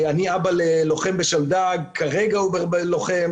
אני אבא ללוחם בשלדג, כרגע הוא לוחם.